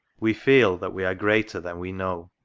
we feel that we are greater than we know.